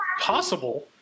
possible